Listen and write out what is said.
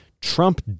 Trump